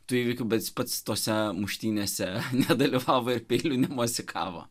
tų įvykių bet jis pats tose muštynėse nedalyvavo ir peiliu nemosikavo